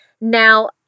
Now